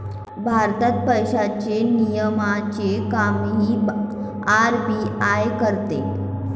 भारतात पैशांच्या नियमनाचे कामही आर.बी.आय करते